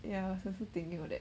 ya I was also thinking about that